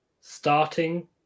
starting